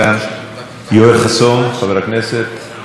חברת הכנסת מרב מיכאלי, בבקשה, גברתי,